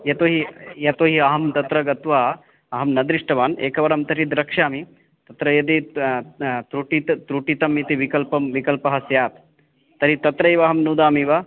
यतो हि यतो हि अहं तत्र गत्वा अहं न दृष्टवान् एकवारं तर्हि द्रक्ष्यामि तत्र यदि त्रुटितं त्रुटितमिति विकल्पः विकल्पः स्यात् तर्हि तत्रैव अहं नुदामि वा